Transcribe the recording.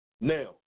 Now